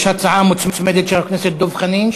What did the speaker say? יש הצעה מוצמדת של חבר הכנסת דב חנין.